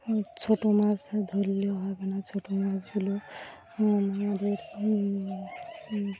ছোটো মাছ ধরলেও হবে না ছোটো মাছগুলো আমাদের